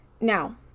Now